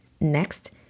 Next